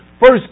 First